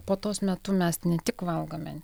puotos metu mes ne tik valgome